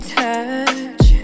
touch